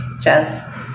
Jess